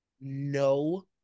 no